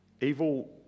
evil